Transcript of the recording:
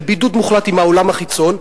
בבידוד מוחלט מהעולם החיצון,